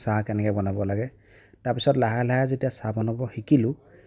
চাহ কেনেকে বনাব লাগে তাৰপিছত লাহে লাহে যেতিয়া চাহ বনাব শিকিলোঁ